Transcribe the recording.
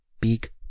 big